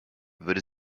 würde